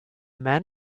man